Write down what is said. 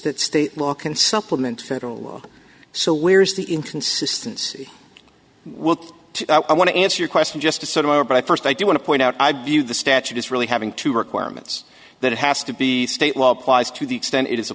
that state law can supplement federal law so where's the inconsistency with i want to answer your question just to sort of a but i first i do want to point out i view the statute is really having two requirements that it has to be state law applies to the extent it is a